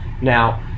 Now